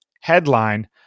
headline